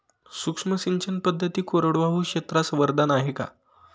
सूक्ष्म सिंचन पद्धती कोरडवाहू क्षेत्रास वरदान आहे का?